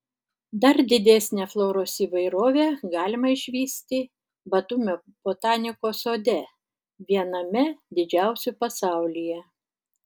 dar didesnę floros įvairovę galima išvysti batumio botanikos sode viename didžiausių pasaulyje